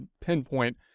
pinpoint